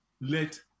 let